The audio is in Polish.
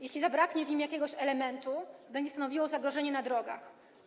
Jeśli zabraknie w nim jakiegoś elementu, będzie stanowiło zagrożenie na drogach.